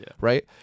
right